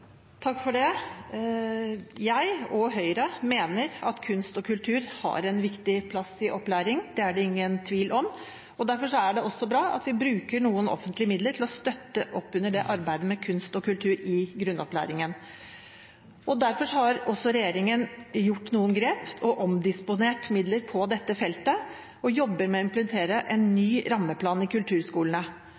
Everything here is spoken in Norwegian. Jeg og Høyre mener at kunst og kultur har en viktig plass i opplæringen, det er det ingen tvil om. Derfor er det bra at vi også bruker noen offentlige midler til å støtte opp under arbeidet med kunst og kultur i grunnopplæringen. Derfor har regjeringen tatt noen grep – omdisponert midler på dette feltet og jobber med å implementere en ny rammeplan i kulturskolene.